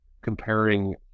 comparing